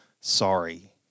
sorry